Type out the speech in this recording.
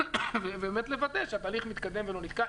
ובאמת לוודא שהתהליך מתקדם ולא נתקע.